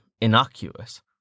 innocuous